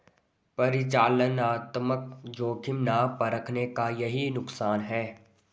परिचालनात्मक जोखिम ना परखने का यही नुकसान है